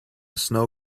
snow